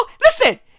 Listen